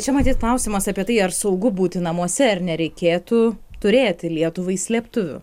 čia matyt klausimas apie tai ar saugu būti namuose ar nereikėtų turėti lietuvai slėptuvių